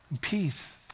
Peace